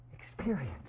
experience